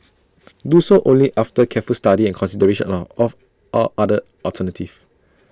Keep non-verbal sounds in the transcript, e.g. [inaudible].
[noise] do so only after careful study and consideration are of all other alternatives